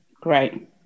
Great